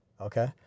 okay